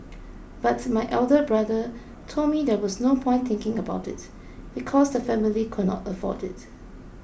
but my elder brother told me there was no point thinking about it because the family could not afford it